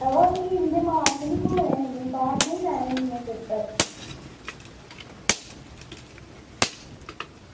बा भी इंदे मार्क्स निं थ्होने निं बाद बिच निं लैने न पेपर